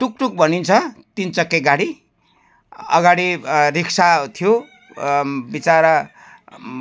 tuktuk भनिन्छ तिन चक्के गाडी अगाडि रिक्सा थियो बिचरा